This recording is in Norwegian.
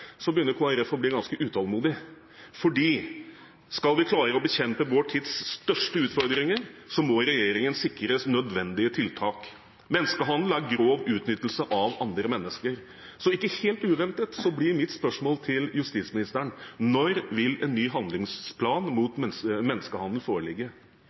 begynner Kristelig Folkeparti å bli ganske utålmodig, for skal vi klare å bekjempe vår tids største utfordringer, må regjeringen sikre nødvendige tiltak. Menneskehandel er grov utnyttelse av andre mennesker. Ikke helt uventet blir mitt spørsmål til justisministeren: Når vil en ny handlingsplan